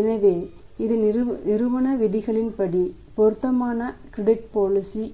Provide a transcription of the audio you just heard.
எனவே இது நிறுவன விதிகளின்படி பொருத்தமான கிரெடிட் பாலிசி